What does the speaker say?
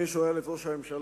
אני שואל את ראש הממשלה,